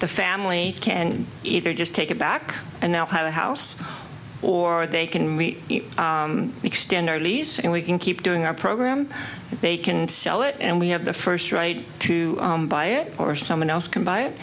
the family can either just take it back and they'll have a house or they can we extend our lease and we can keep doing our program they can sell it and we have the first right to buy it or someone else can buy it